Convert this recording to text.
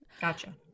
Gotcha